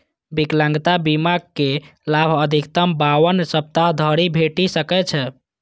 विकलांगता बीमाक लाभ अधिकतम बावन सप्ताह धरि भेटि सकै छै